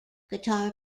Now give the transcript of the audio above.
guitar